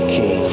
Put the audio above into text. King